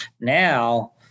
now